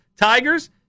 Tigers